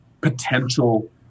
potential